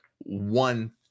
one